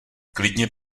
klidně